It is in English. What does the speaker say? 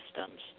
systems